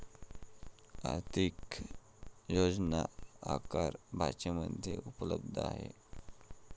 आर्थिक योजना अकरा भाषांमध्ये उपलब्ध आहेत